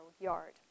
yard